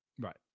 Right